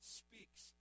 speaks